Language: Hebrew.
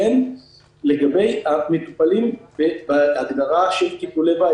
לגבי המטופלים בהגדרה של טיפולי בית,